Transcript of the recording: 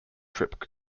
trip